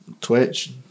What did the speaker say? Twitch